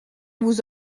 vous